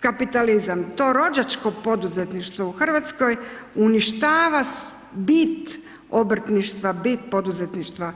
kapitalizam, to rođačko poduzetništvo u Hrvatskoj uništava bit obrtništva, bit poduzetništva.